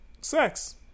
sex